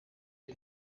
het